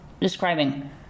describing